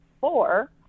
four